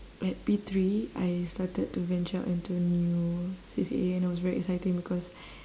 at P three I started to venture out into a new C_C_A and it was very exciting because